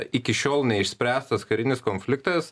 iki šiol neišspręstas karinis konfliktas